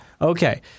Okay